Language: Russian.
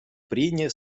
прения